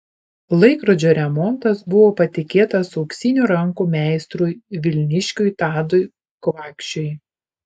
laikrodžio remontas buvo patikėtas auksinių rankų meistrui vilniškiui tadui kvakšiui